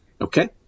Okay